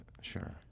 Sure